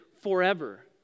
forever